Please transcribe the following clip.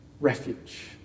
refuge